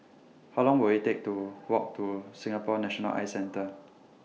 How Long Will IT Take to Walk to Singapore National Eye Centre